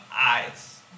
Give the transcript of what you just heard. eyes